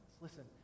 listen